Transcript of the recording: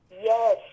Yes